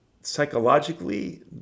psychologically